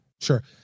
sure